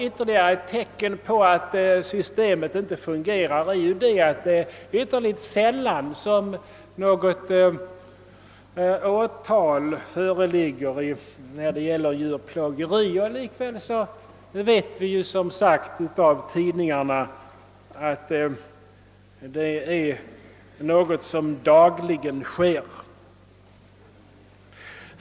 Ytterligare ett tecken på att systemet inte fungerar är ju att det är ytterligt sällan som något åtal anställs för djurplågeri. Likväl vet vi som sagt att djurplågeri förekommer dagligen.